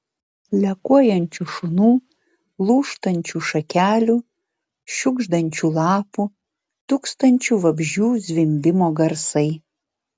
lekuojančių šunų lūžtančių šakelių šiugždančių lapų tūkstančių vabzdžių zvimbimo garsai